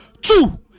Two